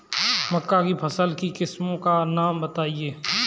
मक्का की फसल की किस्मों का नाम बताइये